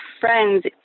friends